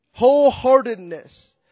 Wholeheartedness